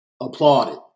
applauded